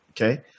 Okay